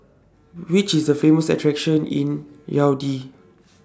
Which IS The Famous attractions in Yaounde